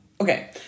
Okay